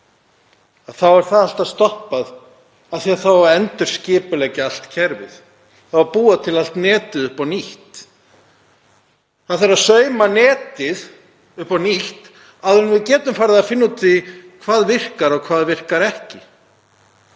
er það alltaf stoppað af því að það á að endurskipuleggja allt kerfið. Það á að búa til allt netið upp á nýtt. Það þarf að sauma netið upp á nýtt áður en við getum farið að finna út úr því hvað virkar og hvað virkar ekki.